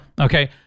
Okay